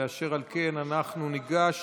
אשר על כן, אנחנו ניגש